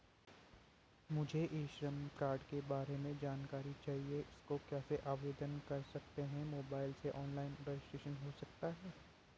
मुझे e Shram card के बारे में जानकारी चाहिए इसको कैसे आवेदन कर सकते हैं मोबाइल से ऑनलाइन रजिस्ट्रेशन हो सकता है?